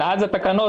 אבל אז התקנות,